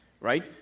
right